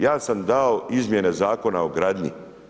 Ja sam dao izmjene Zakona o gradnji.